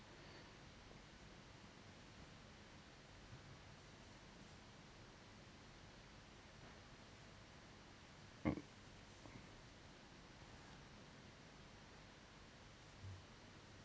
oh